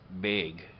big